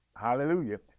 hallelujah